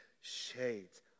Shades